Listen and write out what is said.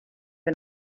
and